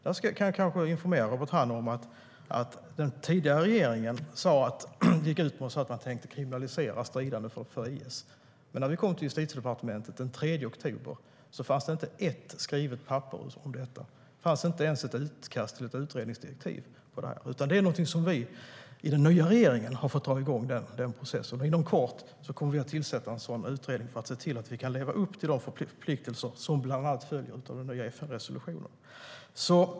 Jag ska kanske informera Robert Hannah om att den tidigare regeringen gick ut och sa att man tänkte kriminalisera stridande för IS, men när vi kom till Justitiedepartementet den 3 oktober fanns det inte ett skrivet papper om detta. Det fanns inte ens ett utkast till ett utredningsdirektiv om det här, utan det är vi i den nya regeringen som har fått dra igång den processen. Inom kort kommer vi att tillsätta en sådan utredning för att se till att vi kan leva upp till de förpliktelser som bland annat följer av den nya FN-resolutionen.